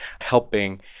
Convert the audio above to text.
helping